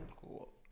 cool